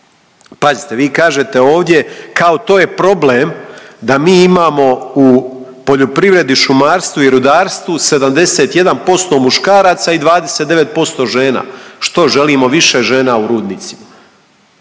Pazite, vi kažete ovdje, kao to je problem da mi imamo u poljoprivredi, šumarstvu i rudarstvu 71% muškaraca i 29% žena. Što, želimo više žena u rudnicima?